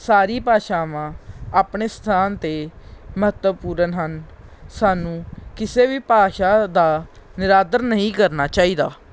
ਸਾਰੀ ਭਾਸ਼ਾਵਾਂ ਆਪਣੇ ਸਥਾਨ 'ਤੇ ਮਹੱਤਵਪੂਰਨ ਹਨ ਸਾਨੂੰ ਕਿਸੇ ਵੀ ਭਾਸ਼ਾ ਦਾ ਨਿਰਾਦਰ ਨਹੀਂ ਕਰਨਾ ਚਾਹੀਦਾ